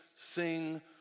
sing